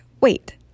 wait